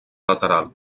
lateral